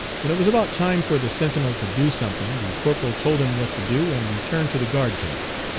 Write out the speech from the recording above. when it was about time for the sentinel to do something the corporal told him what to do, and returned to the guard tents.